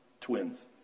Twins